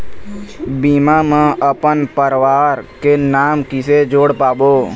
बीमा म अपन परवार के नाम किसे जोड़ पाबो?